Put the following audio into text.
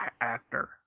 actor